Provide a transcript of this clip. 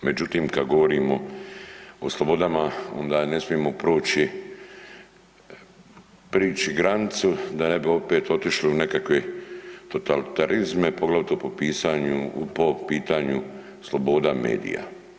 Međutim, kada govorimo o slobodama onda ne smijemo proći granicu da ne bi opet otišli u nekakve totalitarizme poglavito po pitanju sloboda medija.